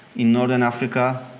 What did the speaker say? in northern africa.